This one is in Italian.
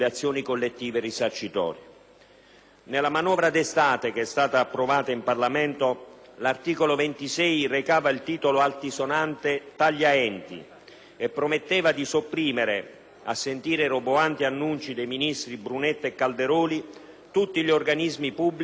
Nella manovra dell'estate scorsa, approvata in Parlamento, l'articolo 26 recava il titolo altisonante "taglia enti" e prometteva di sopprimere, a sentire roboanti annunci dei ministri Brunetta e Calderoli, tutti gli organismi pubblici al di sotto dei 50 dipendenti: